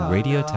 Radio